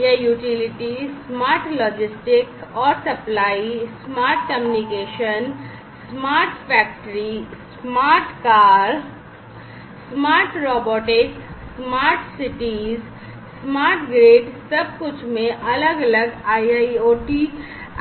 या utility smart logistics और supply smart communication smart factory smart car smart robotics smart cities smart grid सब कुछ में अलग अलग IIoT एप्लीकेशन चलाते हैं